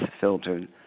filtered